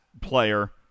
player